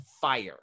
fire